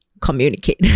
communicate